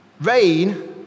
Rain